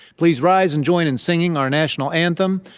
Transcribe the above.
please rise and join in singing our national anthem.